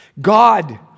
God